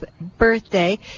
birthday